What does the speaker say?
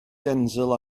denzil